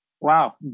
Wow